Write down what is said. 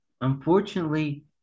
unfortunately